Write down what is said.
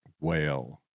Whale